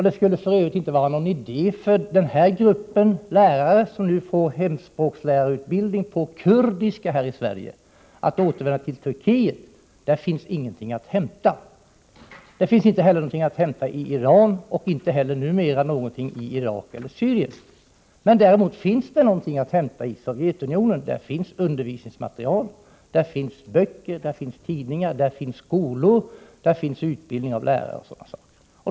Det skulle för Övrigt inte vara någon idé för den här gruppen lärare som nu får hemspråkslärarutbildning på kurdiska här i Sverige att återvända till Turkiet. Där finns ingenting att hämta. Vidare finns det inte någonting att hämta i Iran, och numera inte heller i Irak eller Syrien. Däremot finns det någonting att hämta i Sovjetunionen. Där finns undervisningsmaterial, där finns böcker, där finns tidningar, där finns skolor, där finns utbildning av lärare, etc.